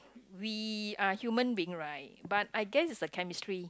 we are human being right but I guess is the chemistry